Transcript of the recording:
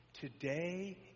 Today